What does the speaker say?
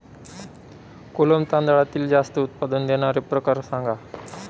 कोलम तांदळातील जास्त उत्पादन देणारे प्रकार सांगा